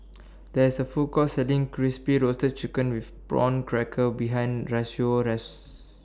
There IS A Food Court Selling Crispy Roasted Chicken with Prawn Crackers behind Rocio's House